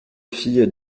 fille